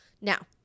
Now